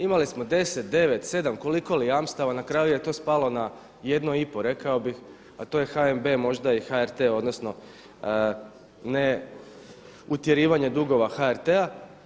Imali smo 10, 9, 7 koliko li jamstava, na kraju je to spalo na 1,5 rekao bih a to je HNB možda i HRT odnosno ne utjerivanje dugova HRT-a.